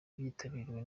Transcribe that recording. byitabiriwe